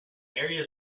area